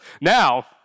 Now